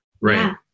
Right